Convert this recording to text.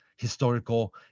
historical